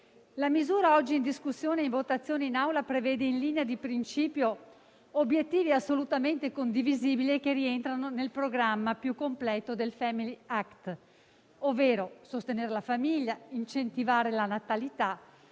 la misura oggi in discussione e in votazione in Aula prevede, in linea di principio, obiettivi assolutamente condivisibili, che rientrano nel programma più completo del *family act*, ovvero sostenere la famiglia, incentivare la natalità,